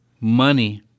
money